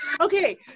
okay